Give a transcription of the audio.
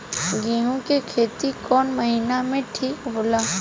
गेहूं के खेती कौन महीना में ठीक होला?